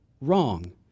wrong